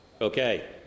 Okay